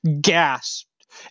gasped